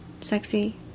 sexy